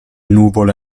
nuvole